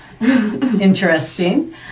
Interesting